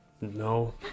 No